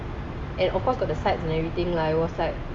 and of course got the sides and everything lah it was like thirty five